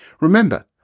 Remember